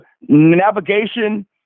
navigation